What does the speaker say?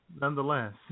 nonetheless